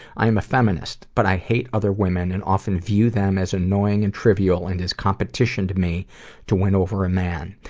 i am a feminist, but i hate other women, and often view them as annoying and trivial, and as competition to me to win over a man.